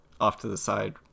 off-to-the-side